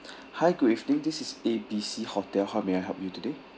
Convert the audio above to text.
hi good evening this is A B C hotel how may I help you today